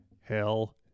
Hell